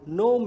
no